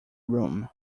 room